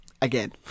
Again